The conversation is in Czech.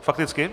Fakticky?